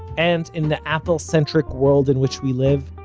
and in the apple-centric world in which we live,